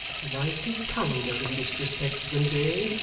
night is kinder in this respect than day,